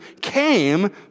came